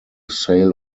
sale